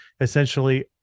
essentially